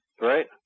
right